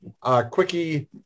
quickie